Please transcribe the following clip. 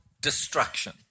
destruction